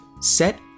set